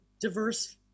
diverse